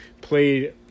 played